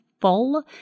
full